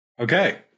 Okay